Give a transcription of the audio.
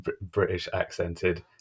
British-accented